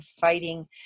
fighting